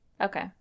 Okay